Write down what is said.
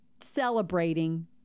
celebrating